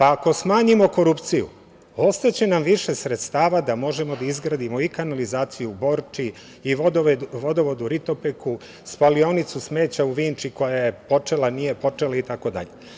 Ako smanjimo korupciju ostaće nam više sredstava da možemo da izgradimo i kanalizaciju u Borči i vodovod u Ritopeku, spalionicu smeća u Vinči koja je počela, nije počela itd.